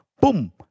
boom